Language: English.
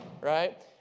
right